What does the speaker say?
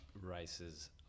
races